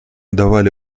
давали